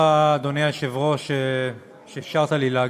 אדוני היושב-ראש, תודה רבה שאפשרת לי להגיב.